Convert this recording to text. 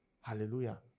Hallelujah